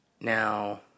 Now